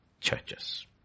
churches